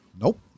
Nope